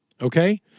Okay